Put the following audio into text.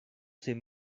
ces